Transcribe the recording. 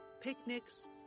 picnics